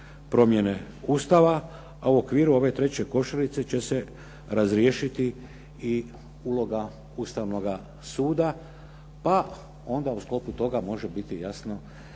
promjene Ustava. A u okviru ove treće košarice će se razriješiti i uloga Ustavnoga suda pa onda u sklopu toga može biti jasno